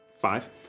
Five